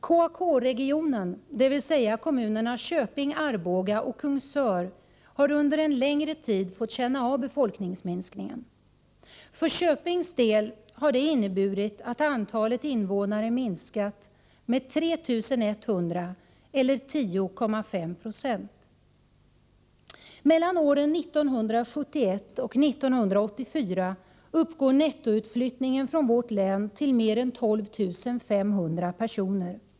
KAK-regionen - kommunerna Köping, Arboga och Kungsör — har under en längre tid fått känna av befolkningsminskningen. För Köpings del har det inneburit att antalet innevånare minskat med 3 100 eller 10,5 96. Mellan åren 1971 och 1984 uppgår nettoutflyttningen från vårt län till mer än 12 500 personer.